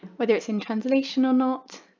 whether it's in translation or not.